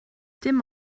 dim